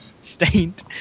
stained